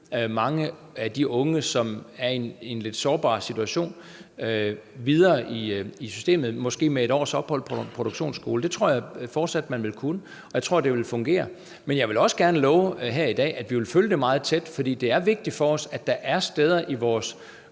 mange af de unge, som er i en lidt sårbar situation, videre i systemet, måske med 1 års ophold på en produktionsskole. Det tror jeg fortsat de vil kunne, og jeg tror, det vil fungere. Men jeg vil også gerne love her i dag, at vi vil følge det meget tæt, for det er vigtigt for os, at der er steder i vores